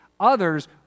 Others